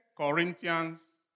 Corinthians